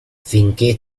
finché